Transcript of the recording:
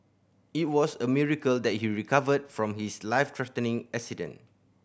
it was a miracle that he recovered from his life threatening accident